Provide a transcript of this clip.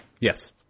Yes